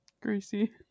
Greasy